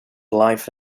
life